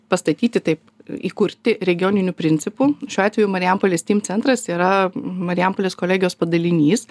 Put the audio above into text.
pastatyti taip įkurti regioniniu principu šiuo atveju marijampolės steam centras yra marijampolės kolegijos padalinys